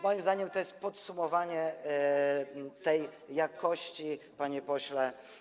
Moim zdaniem to jest podsumowanie tej jakości, panie pośle.